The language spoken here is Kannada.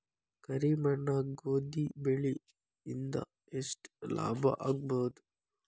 ಕರಿ ಮಣ್ಣಾಗ ಗೋಧಿ ಬೆಳಿ ಇಂದ ಎಷ್ಟ ಲಾಭ ಆಗಬಹುದ?